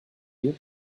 you